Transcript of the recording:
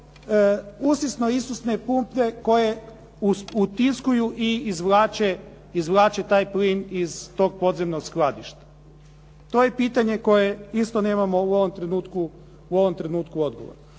usisno-isisne pumpe koje utiskuju i izvlače taj plin iz tog podzemnog skladišta? To je pitanje koje isto nemamo u ovom trenutku odgovor.